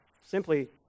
simply